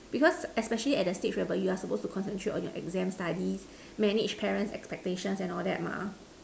because especially at that stage where by you are supposed to concentrate on your exam studies manage parents' expectations and all that mah